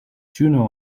juno